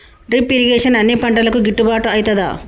Drip irrigation అన్ని పంటలకు గిట్టుబాటు ఐతదా?